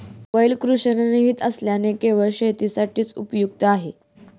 बैल वृषणरहित असल्याने केवळ शेतीसाठी उपयुक्त आहे